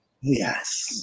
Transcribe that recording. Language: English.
Yes